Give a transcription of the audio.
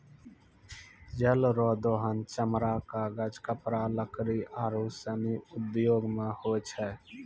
जल रो दोहन चमड़ा, कागज, कपड़ा, लकड़ी आरु सनी उद्यौग मे होय छै